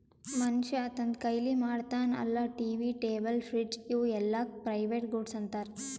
ಮನ್ಶ್ಯಾ ತಂದ್ ಕೈಲೆ ಮಾಡ್ತಾನ ಅಲ್ಲಾ ಟಿ.ವಿ, ಟೇಬಲ್, ಫ್ರಿಡ್ಜ್ ಇವೂ ಎಲ್ಲಾಕ್ ಪ್ರೈವೇಟ್ ಗೂಡ್ಸ್ ಅಂತಾರ್